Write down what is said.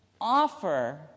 offer